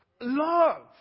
Love